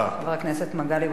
תודה רבה לך, חבר הכנסת מגלי והבה.